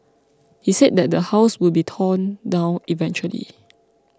he said that the house will be torn down eventually